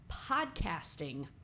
podcasting